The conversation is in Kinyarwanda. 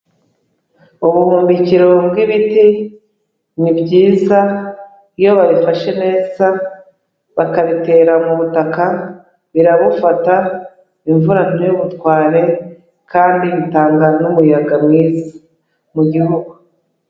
Ubuhumbikiro bw'ibiti ni byiza iyo babifashe neza bakabitera mu butaka, birabufata imvura ntibutware kandi bitanga n'umuyaga mwiza mu gihugu.